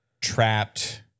trapped